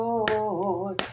Lord